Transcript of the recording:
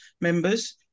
members